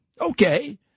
Okay